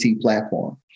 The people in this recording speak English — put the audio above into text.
platform